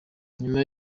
nyuma